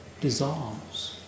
dissolves